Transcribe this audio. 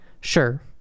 Sure